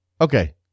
okay